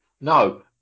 No